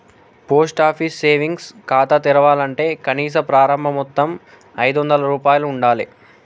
post office savings ఖాతా తెరవాలంటే కనీస ప్రారంభ మొత్తం ఐదొందల రూపాయలు ఉండాలె